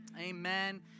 Amen